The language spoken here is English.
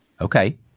Okay